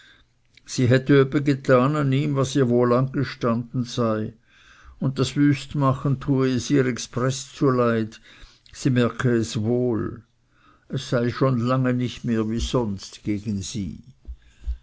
sie hätte öppe getan an ihm was ihr wohl angestanden sei und das wüstmachen tue es ihr expreß zuleid sie merke es wohl es sei schon lange nicht mehr wie sonst gegen sie